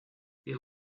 pero